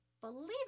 believe